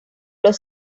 los